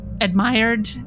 admired